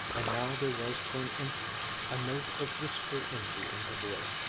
and now there was for an instant a note of wistful envy in her voice.